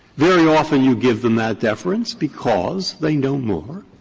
very often you give them that deference because they know more